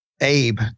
ABE